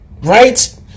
right